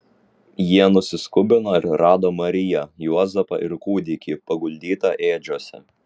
jie nusiskubino ir rado mariją juozapą ir kūdikį paguldytą ėdžiose